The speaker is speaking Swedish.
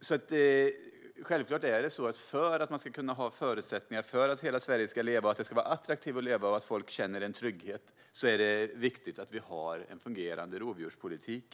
För att hela Sverige ska ha förutsättningar att leva, för att det ska vara attraktivt att leva och för att folk ska känna trygghet är det viktigt att vi har en fungerande rovdjurspolitik.